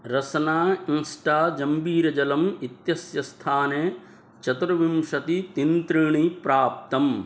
रास्ना इन्स्टा जम्बीरजलम् इत्यस्य स्थाने चतुर्विंशति तिन्त्रिणी प्राप्तम्